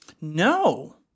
No